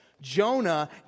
Jonah